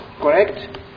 correct